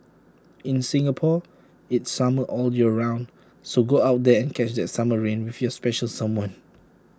in Singapore it's summer all year round so go out there and catch that summer rain with your special someone